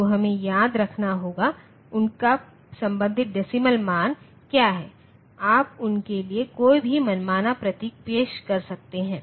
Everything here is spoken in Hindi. तो हमें याद रखना होगा उनका संबंधित डेसीमल मान क्या है और आप उनके लिए कोई भी मनमाना प्रतीक पेश कर सकते हैं